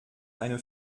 eine